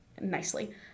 nicely